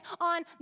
on